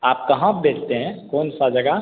आप कहाँ बेचते हैं कौनसी जगह